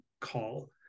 call